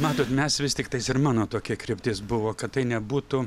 matot mes vis tiktais ir mano tokia kryptis buvo kad tai nebūtų